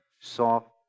soft